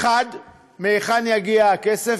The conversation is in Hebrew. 1. מהיכן יגיע הכסף,